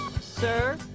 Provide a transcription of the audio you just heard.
Sir